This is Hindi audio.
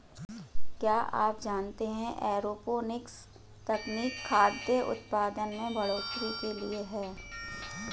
क्या आप जानते है एरोपोनिक्स तकनीक खाद्य उतपादन में बढ़ोतरी के लिए है?